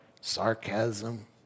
sarcasm